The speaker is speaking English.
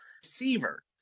Receiver